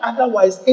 Otherwise